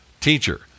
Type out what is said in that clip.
Teacher